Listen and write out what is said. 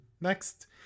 next